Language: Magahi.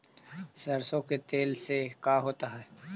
सरसों के तेल से का होता है?